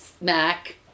Mac